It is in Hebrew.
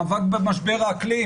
מאבק במשבר האקלים.